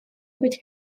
быть